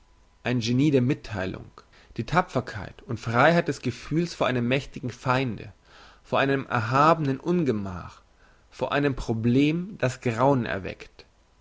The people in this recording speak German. ein genie der mittheilung die tapferkeit und freiheit des gefühls vor einem mächtigen feinde vor einem erhabenen ungemach vor einem problem das grauen erweckt